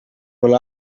will